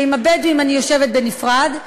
עם הבדואים אני יושבת בנפרד,